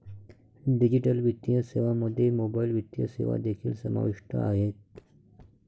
digital वित्तीय सेवांमध्ये mobile वित्तीय सेवा देखील समाविष्ट आहेत